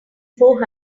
four